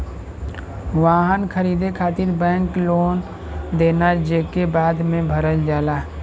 वाहन खरीदे खातिर बैंक लोन देना जेके बाद में भरल जाला